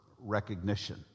recognition